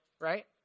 right